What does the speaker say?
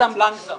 אנחנו